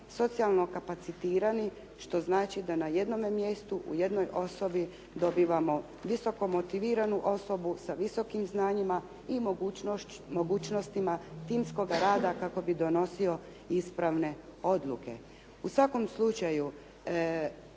socijalno kapacitirani, što znači da na jednome mjestu u jednoj osobi dobivamo visokomotiviranu osobu, sa visokim znanjima i mogućnostima timskoga rada kako bi donosio ispravne odluke. U svakom slučaju